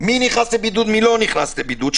מי נכנס לבידוד, מי לא נכנס לבידוד.